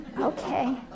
Okay